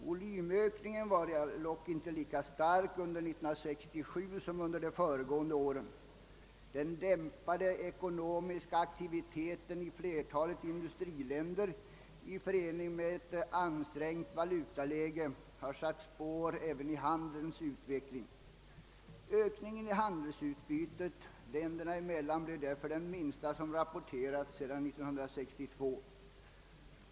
Volymökningen var dock inte lika stark under 1967 som under de föregående åren. Den dämpade ekonomiska aktiviteten i flertalet industriländer i förening med ett ansträngt valutaläge har satt spår även i handelns utveckling. Ökningen i handelsutbytet länderna emellan blev därför den minsta som rapporterats sedan 1962.